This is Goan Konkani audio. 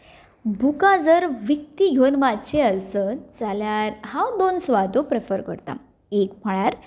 बुकां जर विकती घेवन वाचचीं आसत जाल्यार हांव दोन सुवातो प्रेफर करतां म्हक म्हळ्यार